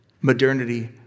modernity